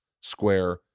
square